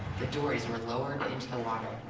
the dories were lowered but into the water.